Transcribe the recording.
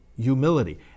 humility